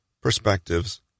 perspectives